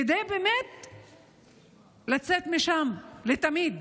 כדי לצאת משם לתמיד?